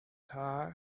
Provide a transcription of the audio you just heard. tie